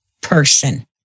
person